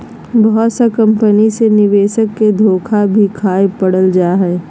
बहुत सा कम्पनी मे निवेशक के धोखा भी खाय पड़ जा हय